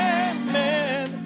amen